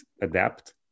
adapt